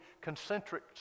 concentric